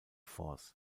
force